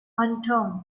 unturned